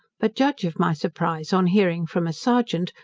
but judge of my surprize on hearing from a serjeant,